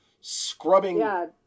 scrubbing